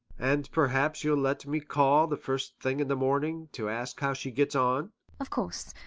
and perhaps you'll let me call the first thing in the morning to ask how she gets on of course.